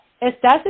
Estás